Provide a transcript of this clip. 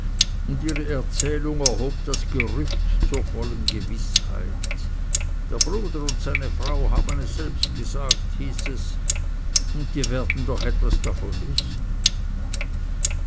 und ihre erzählung erhob das gerücht zur vollen gewißheit der bruder und seine frau haben es selbst gesagt hieß es und die werden doch etwas davon wissen